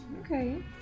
Okay